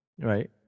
Right